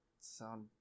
sound